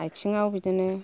आइथिंआव बिदिनो